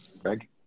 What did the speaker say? greg